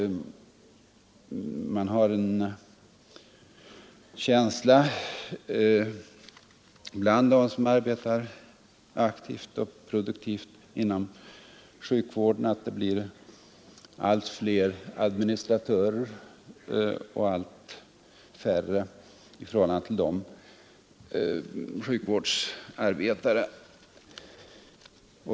De som arbetar aktivt och produktivt inom sjukvården har en känsla av att det blir allt fler administratörer och i förhållande till dem allt färre sjukvårdsarbetare.